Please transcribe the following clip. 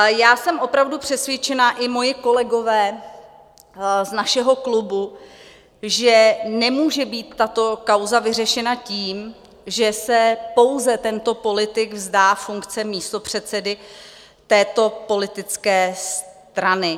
Já jsem opravdu přesvědčena, i moji kolegové z našeho klubu, že nemůže být tato kauza vyřešena tím, že se pouze tento politik vzdá funkce místopředsedy této politické strany.